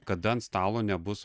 kada ant stalo nebus